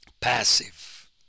passive